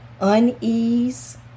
unease